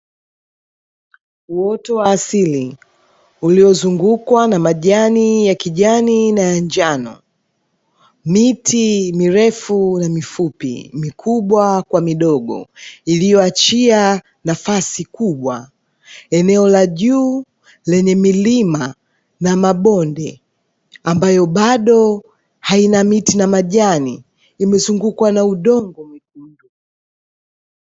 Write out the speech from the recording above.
Uoto wa asili uliozungukwa na majani ya kijani na ya njano, miti mirefu na mifupi, mikubwa kwa midogo, iliyoachia nafasi kubwa, eneo la juu lenye milima, na mabonde ambayo bado haina miti na majani, imezungukwa na udongo mwekundu.